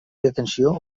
detenció